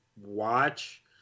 watch